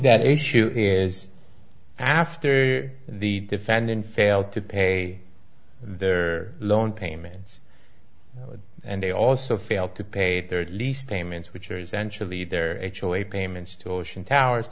that issue is after the defendant failed to pay their loan payments and they also failed to pay their lease payments which are essentially they're actually payments to ocean towers